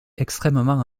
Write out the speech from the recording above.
extrêmement